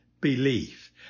belief